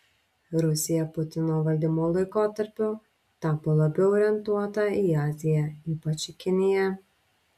rusija putino valdymo laikotarpiu tapo labiau orientuota į aziją ypač į kiniją